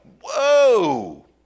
whoa